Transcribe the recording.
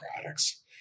products